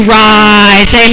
rise